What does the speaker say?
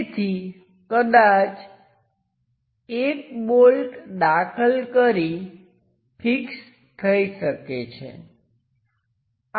તેથી કદાચ એક બોલ્ટ દાખલ કરી ફિક્સ થઈ શકે છે